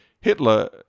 Hitler